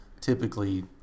typically